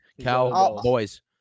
Cowboys